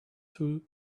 through